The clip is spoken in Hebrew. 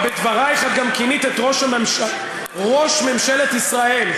בדברייך את גם כינית את ראש ממשלת ישראל,